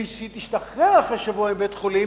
כשהיא תשתחרר אחרי שבוע מבית-החולים,